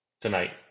tonight